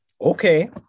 okay